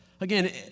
Again